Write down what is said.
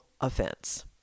offense